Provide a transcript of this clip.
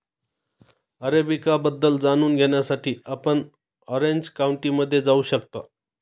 arabica बद्दल जाणून घेण्यासाठी आपण ऑरेंज काउंटीमध्ये जाऊ शकता